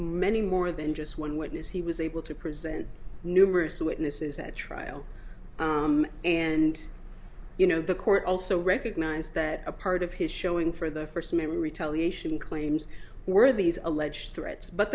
many more than just one witness he was able to present numerous witnesses at trial and you know the court also recognize that a part of his showing for the first men retaliation claims were these alleged threats but